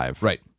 Right